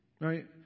right